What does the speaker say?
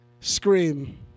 scream